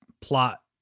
plot